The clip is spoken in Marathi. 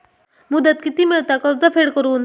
मुदत किती मेळता कर्ज फेड करून?